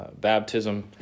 baptism